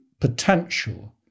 potential